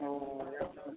ᱦᱳᱭ ᱟᱫᱚ